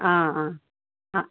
ആ അ അ